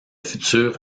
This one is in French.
futur